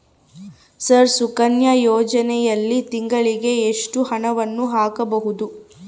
Sir Sukanya ಯೋಜನೆಯಲ್ಲಿ ತಿಂಗಳಿಗೆ ಎಷ್ಟು ಹಣವನ್ನು ಹಾಕಬಹುದು?